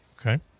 Okay